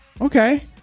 okay